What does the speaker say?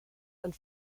and